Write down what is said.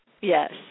Yes